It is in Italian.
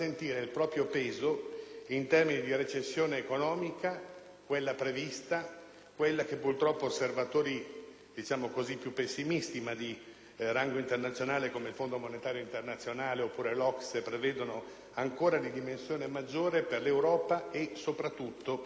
in termini di recessione economica, quella prevista, quella che purtroppo osservatori più pessimisti ma di rango internazionale, come il Fondo monetario internazionale oppure l'OCSE, prevedono ancora di dimensione maggiore per l'Europa e soprattutto per un Paese come l'Italia.